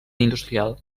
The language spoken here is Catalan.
industrial